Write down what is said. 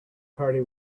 party